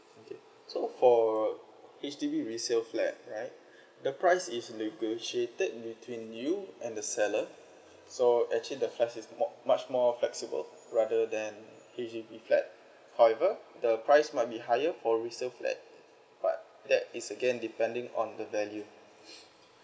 okay so for H_D_B resale flat right the price is negotiated between you and the seller so actually the price is more much more flexible rather than H_D_B flat however the price might be higher for resale flats but that is again depending on the value